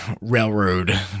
railroad